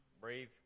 brave